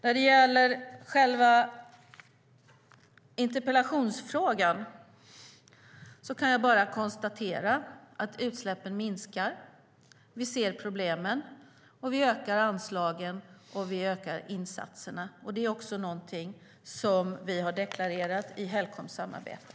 När det gäller själva interpellationen kan jag bara konstatera att utsläppen minskar. Vi ser problemen, vi ökar anslagen och vi ökar insatserna. Det är någonting som vi har deklarerat i Helcomsamarbetet.